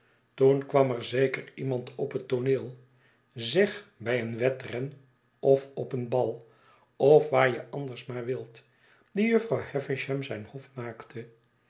toen kwam er zeker iemand op het tooneel zeg bij een wedren of op een'bal of waar je anders maar wilt die jufvrouw havisham zijn hof maakte